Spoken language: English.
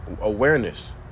awareness